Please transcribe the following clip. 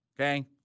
okay